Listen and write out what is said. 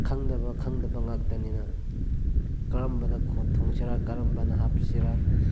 ꯈꯪꯗꯕ ꯈꯪꯗꯕ ꯉꯛꯇꯅꯤꯅ ꯀꯔꯝꯕꯅ ꯊꯣꯡꯁꯤꯔ ꯀꯔꯝꯕꯅ ꯍꯥꯞꯁꯤꯔ